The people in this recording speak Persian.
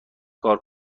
کار